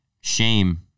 shame